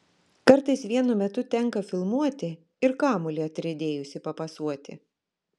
kartais vienu metu tenka filmuoti ir kamuolį atriedėjusį papasuoti